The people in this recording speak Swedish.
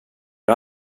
har